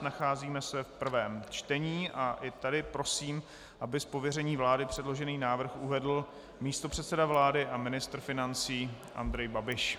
Nacházíme se v prvém čtení a i tady prosím, aby z pověření vlády předložený návrh uvedl místopředseda vlády a ministr financí Andrej Babiš.